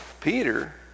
Peter